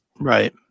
Right